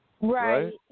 right